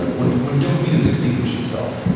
ah when when dopamine has extinguished itself?